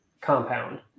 compound